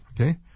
Okay